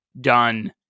done